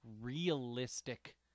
realistic